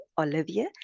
Olivia